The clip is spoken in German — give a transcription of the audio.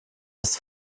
ist